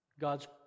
God's